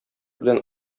белән